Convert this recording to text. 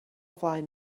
flaen